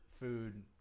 food